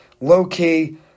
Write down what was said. low-key